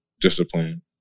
discipline